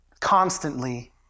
Constantly